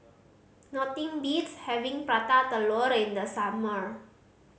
nothing beats having Prata Telur in the summer